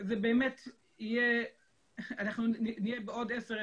באמת בעוד עשר,